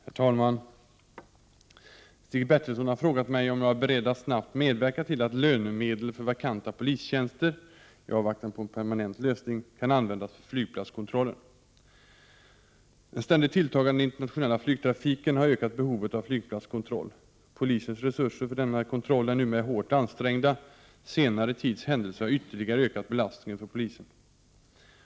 Herr talman! Stig Bertilsson har frågat mig om jag är beredd att snabbt medverka till att lönemedel för vakanta polistjänster — i avvaktan på en permanent lösning — kan användas för flygplatskontrollen. Den ständigt tilltagande internationella flygtrafiken har ökat behovet av flygplatskontroll. Polisens resurser för denna kontroll är numera hårt ansträngda. Senare tids händelser har ytterligare ökat belastningen för polisen.